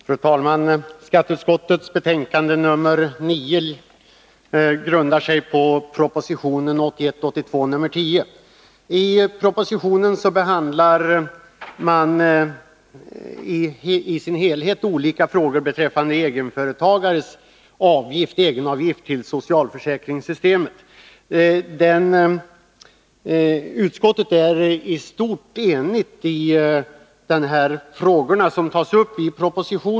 Fru talman! Skatteutskottets betänkande nr 9 grundar sig på proposition 1981/82:10. I propositionen behandlas olika frågor beträffande egenföreta gares egenavgifter till socialförsäkringssystemet, och utskottet är i stort enigt i de frågor som tas upp.